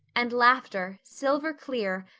and laughter, silver clear,